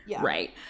Right